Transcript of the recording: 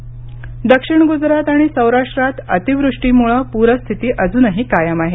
गुजरात पूर दक्षिण गुजरात आणि सौराष्ट्रात अतीवृष्टीमुळे पूरस्थिती अजूनही कायम आहे